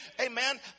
Amen